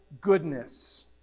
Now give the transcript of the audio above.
goodness